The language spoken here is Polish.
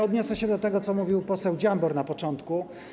Odniosę się do tego, co mówił poseł Dziambor na początku.